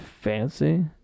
Fancy